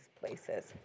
places